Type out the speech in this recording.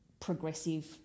progressive